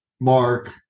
Mark